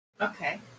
Okay